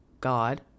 God